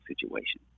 situation